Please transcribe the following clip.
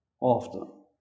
often